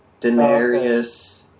Daenerys